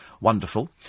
wonderful